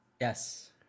Yes